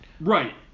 Right